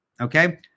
Okay